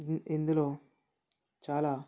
ఇందులో చాలా